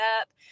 up